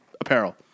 apparel